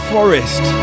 Forest